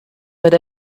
but